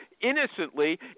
innocently